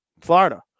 Florida